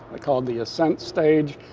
called the ascent stage.